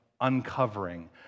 uncovering